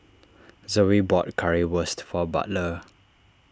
Zoey bought Currywurst for Butler